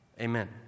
Amen